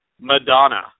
Madonna